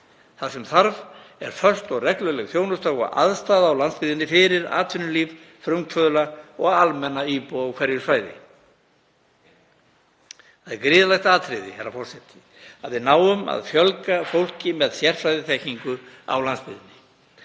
Það sem þarf er föst og regluleg þjónustu og aðstaða á landsbyggðinni fyrir atvinnulíf, frumkvöðla og almenna íbúa á hverju svæði. Það er gríðarlegt atriði, herra forseti, að við náum að fjölga fólki með sérfræðiþekkingu á landsbyggðinni,